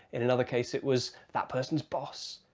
in another case it was that person's boss.